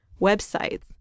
websites